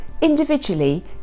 individually